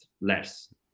less